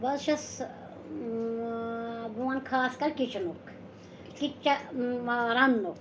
بہٕ حظ چھَس بہٕ وَنہٕ خاص کَر کِچنُک کِچاہ رنٛنُک